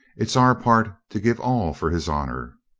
it's our part to give all for his honor.